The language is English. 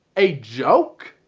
a joke?